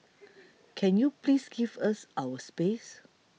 can you please give us our space